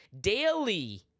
daily